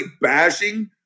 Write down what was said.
bashing